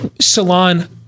salon